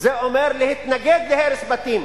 זה אומר להתנגד להרס בתים.